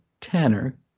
Tanner